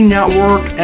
Network